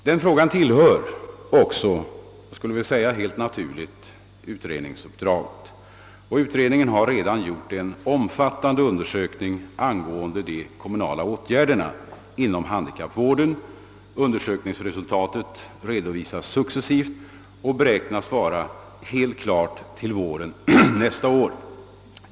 Denna fråga tillhör också helt naturligt utredningsuppdraget, och utredningen har redan gjort en omfattande undersökning angående de kommunala åtgärderna inom handikappvården. Resultatet redovisas successivt och beräknas vara helt klart till våren nästa år.